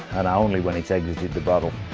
and only when it's exited the barrel,